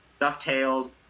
DuckTales